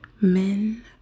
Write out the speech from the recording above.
men